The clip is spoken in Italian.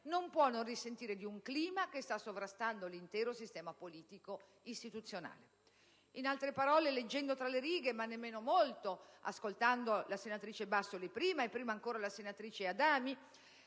non può non risentire di un clima che sta sovrastando l'intero sistema politico istituzionale. In altre parole, leggendo tra le righe (ma neanche tanto), ascoltando la senatrice Bassoli prima e prima ancora la senatrice Adamo,